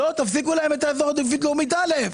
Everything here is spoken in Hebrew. אומרת: לא, תפסיקו להם את אזור עדיפות לאומית א'.